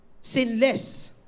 sinless